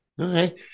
Okay